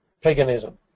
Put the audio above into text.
paganism